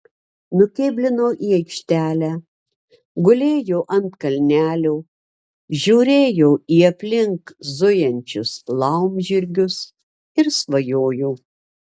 nukėblino į aikštelę gulėjo ant kalnelio žiūrėjo į aplink zujančius laumžirgius ir svajojo